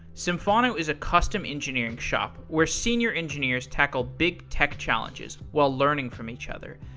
symphono is a custom engineering shop where senior engineers tackle big tech challenges while learning from each other.